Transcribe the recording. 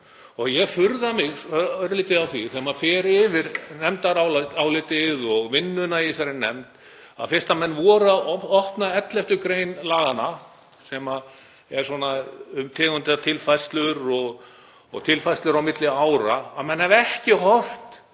Ég furða mig örlítið á því þegar maður fer yfir nefndarálitið og vinnuna í þessari nefnd, fyrst menn voru að opna 11. gr. laganna sem er um tegundir og tilfærslur og tilfærslur á milli ára, að menn hafi ekki horft